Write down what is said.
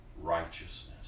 righteousness